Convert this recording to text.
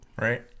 Right